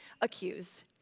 accused